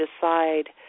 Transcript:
decide